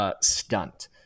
stunt